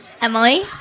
Emily